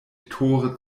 tore